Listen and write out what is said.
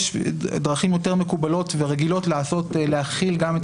יש דרכים יותר מקובלות ורגילות להחיל גם את